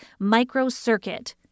microcircuit